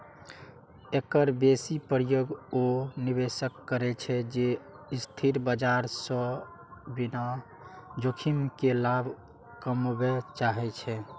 एकर बेसी प्रयोग ओ निवेशक करै छै, जे अस्थिर बाजार सं बिना जोखिम के लाभ कमबय चाहै छै